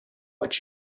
what